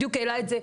בדיוק העלה את זה,